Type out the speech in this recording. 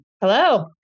Hello